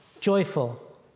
joyful